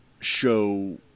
show